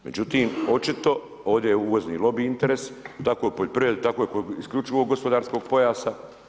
Međutim, očito je ovdje uvozni lobi interes, tako i u poljoprivredi, tako je oko isključivog gospodarskog pojasa.